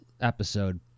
episode